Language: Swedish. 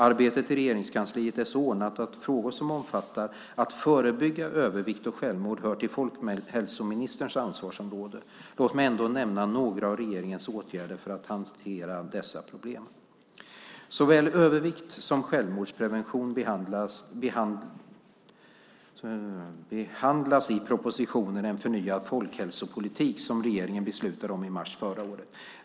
Arbetet i Regeringskansliet är så ordnat att frågor som omfattar att förebygga övervikt och självmord hör till folkhälsoministerns ansvarsområde. Låt mig ändå nämna några av regeringens åtgärder för att hantera dessa problem. Såväl övervikt som självmordsprevention behandlas i propositionen En förnyad folkhälsopolitik som regeringen beslutade om i mars förra året.